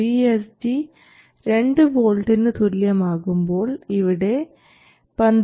VSG 2 വോൾട്ടിന് തുല്യം ആകുമ്പോൾ ഇവിടെ 12